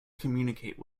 communicate